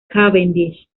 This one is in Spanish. cavendish